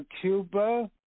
Cuba